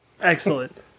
Excellent